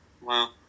Wow